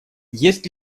есть